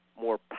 more